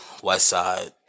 Westside